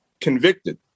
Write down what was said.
convicted